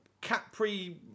Capri